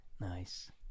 Nice